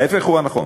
ההפך הוא הנכון.